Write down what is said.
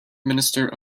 minister